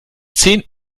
zehn